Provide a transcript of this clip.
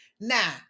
Now